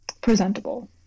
presentable